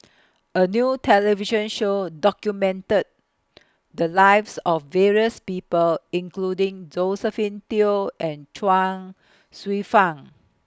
A New television Show documented The Lives of various People including Josephine Teo and Chuang Hsueh Fang